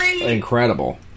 incredible